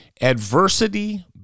Adversity